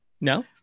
No